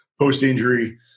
post-injury